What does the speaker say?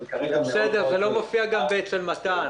בסדר, זה לא מופיע גם אצל מתן.